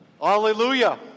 Hallelujah